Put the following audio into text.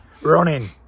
running